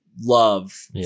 love